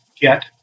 get